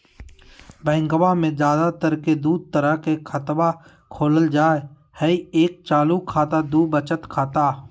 बैंकवा मे ज्यादा तर के दूध तरह के खातवा खोलल जाय हई एक चालू खाता दू वचत खाता